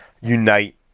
unite